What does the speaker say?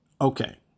okay